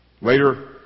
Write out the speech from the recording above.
Later